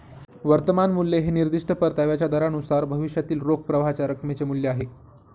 वर्तमान मूल्य हे निर्दिष्ट परताव्याच्या दरानुसार भविष्यातील रोख प्रवाहाच्या रकमेचे मूल्य आहे